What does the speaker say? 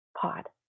pod